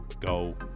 Go